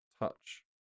touch